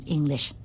English